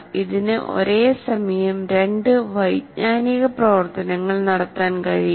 ഇതിന് ഒരേസമയം രണ്ട് വൈജ്ഞാനിക പ്രവർത്തനങ്ങൾ നടത്താൻ കഴിയില്ല